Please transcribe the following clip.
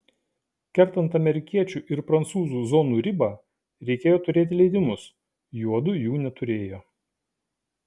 kertant amerikiečių ir prancūzų zonų ribą reikėjo turėti leidimus juodu jų neturėjo